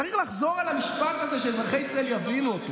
צריך לחזור על המשפט הזה כדי שישראל יבינו אותו: